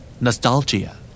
Nostalgia